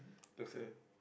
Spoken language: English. look sir